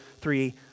three